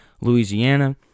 Louisiana